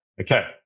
Okay